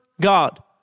God